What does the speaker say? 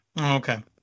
Okay